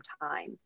time